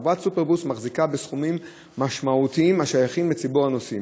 חברת סופרבוס מחזיקה בסכומים משמעותיים השייכים לציבור הנוסעים.